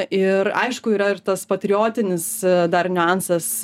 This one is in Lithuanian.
ir aišku yra ir tas patriotinis dar niuansas